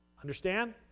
Understand